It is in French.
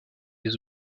les